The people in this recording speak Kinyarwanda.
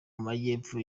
majyepfo